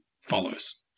follows